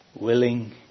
willing